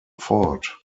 ford